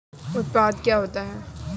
उत्पाद क्या होता है?